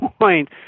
point